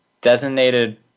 designated